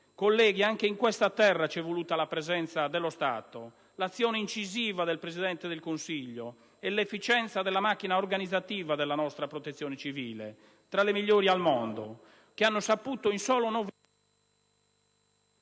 Colleghi, anche in questa terra ci è voluta la presenza dello Stato, l'azione incisiva del Presidente del Consiglio e l'efficienza della macchina organizzativa della nostra Protezione civile, tra le migliori al mondo, che hanno saputo, in soli nove mesi,